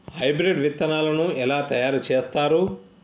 Hybrid విత్తనాలను ఎలా తయారు చేస్తారు?